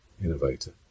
innovator